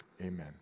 Amen